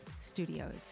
studios